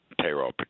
payroll